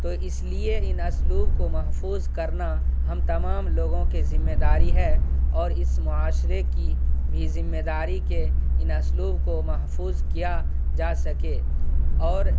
تو اس لیے ان اسلوب کو محفوظ کرنا ہم تمام لوگوں کے ذمےداری ہے اور اس معاشرے کی بھی ذمےداری کے ان اسلوب کو محفوظ کیا جا سکے اور